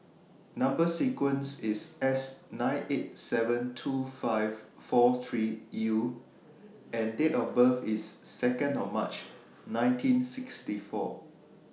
Number sequence IS S nine eight seven two five four three U and Date of birth IS Second of March nineteen sixty four